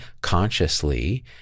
consciously